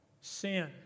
sin